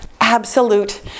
absolute